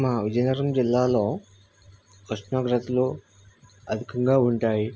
మా విజయనగరం జిల్లాలో ఉష్ణోగ్రతలు అధికంగా ఉంటాయి